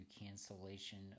cancellation